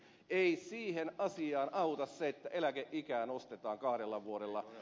ei siihen asiaan auta se että eläkeikää nostetaan kahdella vuodella